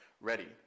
ready